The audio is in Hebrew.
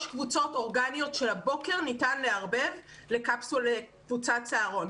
קבוצות אורגניות של הבוקר ניתן לערבב לקבוצת צהרון.